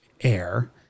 air